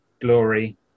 glory